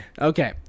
Okay